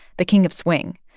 the king of swing.